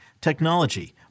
technology